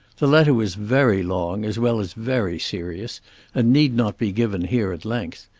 the letter was very long as well as very serious and need not be given here at length.